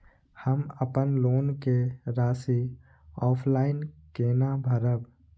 हम अपन लोन के राशि ऑफलाइन केना भरब?